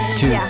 two